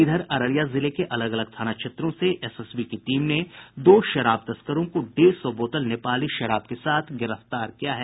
इधर अररिया जिले के अलग अलग थाना क्षेत्रों से एसएसबी की टीम ने दो शराब तस्करों को डेढ़ सौ बोतल नेपाली शराब के साथ गिरफ्तार किया है